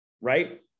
right